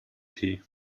tee